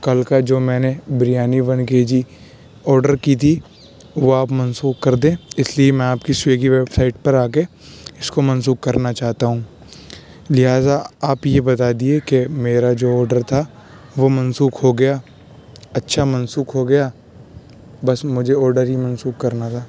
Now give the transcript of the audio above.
کل کا جو میں نے biryani one K G order کی تھی وہ آپ منسوخ کر دیں اس لیے میں آپ کی سویگی ویب سائٹ پر آکے اس كو منسوخ كرنا چاہتا ہوں لہٰذا آپ یہ بتا دیجیے كہ میرا جو آڈر تھا وہ منسوخ ہو گیا اچھا منسوخ ہو گیا بس مجھے آڈر ہی منسوخ کرنا تھا